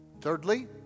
Thirdly